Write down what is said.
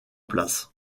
place